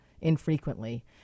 infrequently